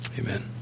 Amen